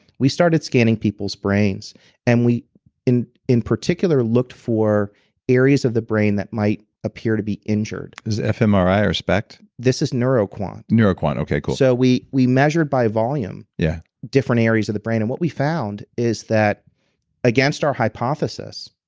we started scanning people's brains and we in in particular, looked for areas of the brain that might appear to be injured this is fmri, i expect this is neuroquant neuroquant. okay, cool so we we measured by volume yeah different areas of the brain and what we found is that against our hypothesis,